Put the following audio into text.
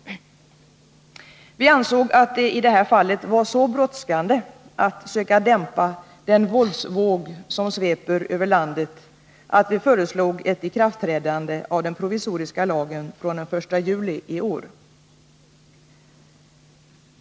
Vi ansåg att det i det här fallet var så brådskande att söka dämpa den våldsvåg som sveper över landet att vi föreslog ett ikraftträdande av den provisoriska lagen från den 1 juli i år.